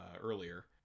earlier